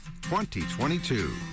2022